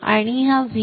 आणि हा Vin